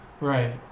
Right